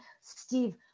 Steve